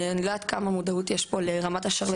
אני לא יודעת כמה מודעות יש פה לרמת השרלטנות שחוגגת במגזר החרדי.